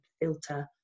filter